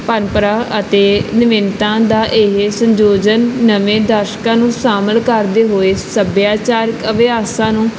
ਪ੍ਰੰਪਰਾ ਅਤੇ ਨਵੀਨਤਾ ਦਾ ਇਹ ਸੰਯੋਜਨ ਨਵੇਂ ਦਰਸ਼ਕਾਂ ਨੂੰ ਸ਼ਾਮਿਲ ਕਰਦੇ ਹੋਏ ਸੱਭਿਆਚਾਰਕ ਅਭਿਆਸਾਂ ਨੂੰ